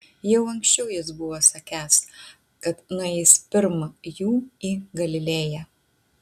jau anksčiau jis buvo sakęs kad nueis pirm jų į galilėją